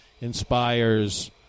inspires